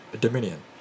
Dominion